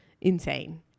insane